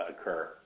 occur